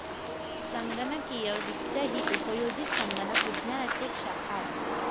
संगणकीय वित्त ही उपयोजित संगणक विज्ञानाची एक शाखा आहे